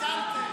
חיסלתם.